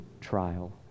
trial